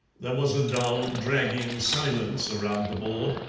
there was a dull, dragging silence around the board,